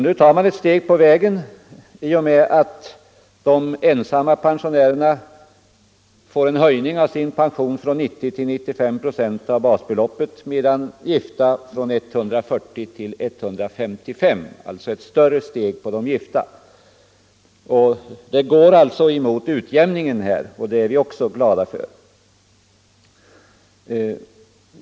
Nu tar man ett steg på den vägen i och med att de ensamstående folkpensionärerna får en höjning av sin pension från 90 till 95 procent av basbeloppet, medan de gifta folkpensionärerna får en höjning från 140 till 155. Det går alltså mot en utjämning, och det är vi också glada för.